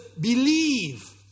Believe